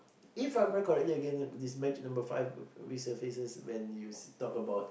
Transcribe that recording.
if I remember correctly again this magic number five resurfaces when you talk about